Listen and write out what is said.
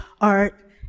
art